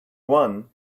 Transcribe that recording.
one